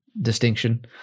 distinction